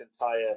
entire